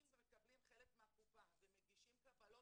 אם מקבלים חלק מהקופה ומגישים קבלות